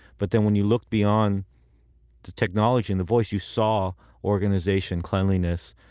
but then when you looked beyond the technology and the voice, you saw organization, cleanliness.